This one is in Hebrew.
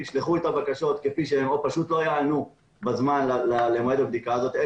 ישלחו את הבקשות כפי שהן או פשוט לא יענו בזמן למועד הבדיקה הזאת אל